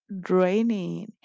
draining